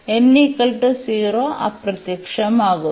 n 0 അപ്രത്യക്ഷമാകുന്നു